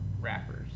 rappers